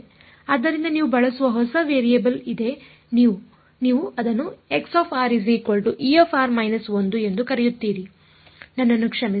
ಆದ್ದರಿಂದ ನೀವು ಬಳಸುವ ಹೊಸ ವೇರಿಯಬಲ್ ಇದೆ ನೀವು ಅದನ್ನು ಎಂದು ಕರೆಯುತ್ತೀರಿ ನನ್ನನು ಕ್ಷಮಿಸಿ